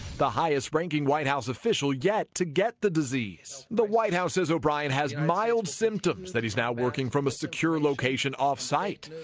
the highest ranking white house official yet to get the disease. the white house says o'brian has mild symptoms, that he's now working from a secure location off site.